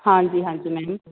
ਹਾਂਜੀ ਹਾਂਜੀ ਮੈਮ